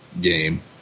game